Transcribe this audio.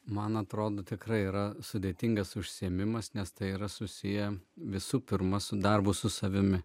man atrodo tikrai yra sudėtingas užsiėmimas nes tai yra susiję visų pirma su darbu su savimi